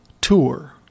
tour